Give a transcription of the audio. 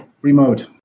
Remote